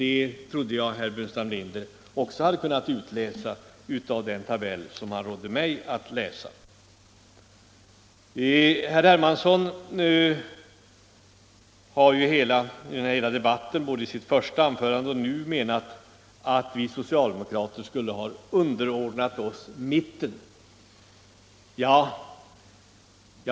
Det trodde jag också att herr Burenstam Linder hade kunnat läsa ut av den tabell som han rådde mig att studera. Herr Hermansson har under debatten, både i sitt första anförande och nu senast, menat att vi socialdemokrater skulle ha underordnat oss mittenpartierna.